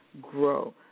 grow